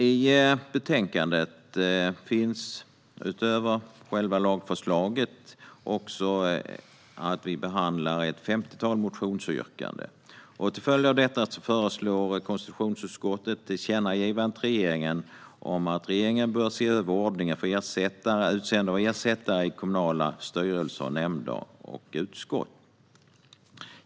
I betänkandet behandlas ett femtiotal motionsyrkanden, utöver själva lagförslaget. Till följd av detta föreslår konstitutionsutskottet ett tillkännagivande till regeringen om att regeringen bör se över ordningen för utseende av ersättare i kommunala styrelser, nämnder och utskott.